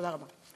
תודה רבה.